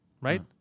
right